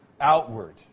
Outward